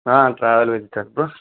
travel agency చెప్పు